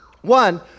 One